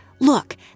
Look